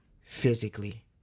physically